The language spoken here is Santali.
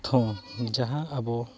ᱱᱤᱛ ᱦᱚᱸ ᱡᱟᱦᱟᱸ ᱟᱵᱚ